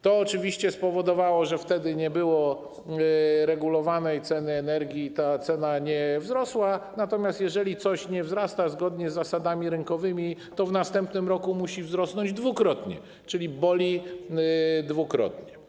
To oczywiście spowodowało, że wtedy nie było regulowanych cen energii i cena nie wzrosła, natomiast jeżeli coś nie wzrasta zgodnie z zasadami rynkowymi, to w następnym roku musi wzrosnąć dwukrotnie, czyli boli dwukrotnie.